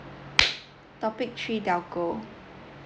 topic three telco